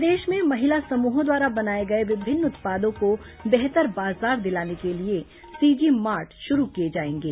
प्रदेश में महिला समूहों द्वारा बनाए गए विभिन्न उत्पादों को बेहतर बाजार दिलाने के लिए सीजी मार्ट शुरू किए जाएंगे